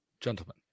Gentlemen